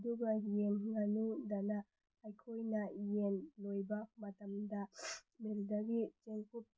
ꯑꯗꯨꯒ ꯌꯦꯟ ꯉꯥꯅꯨꯗꯅ ꯑꯩꯈꯣꯏꯅ ꯌꯦꯟ ꯂꯣꯏꯕ ꯃꯇꯝꯗ ꯃꯤꯜꯗꯒꯤ ꯆꯦꯡꯀꯨꯞ